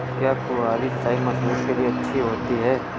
क्या फुहारी सिंचाई मसूर के लिए अच्छी होती है?